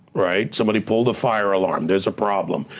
right. somebody pulled the fire alarm, there's a problem.